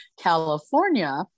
California